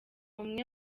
umwe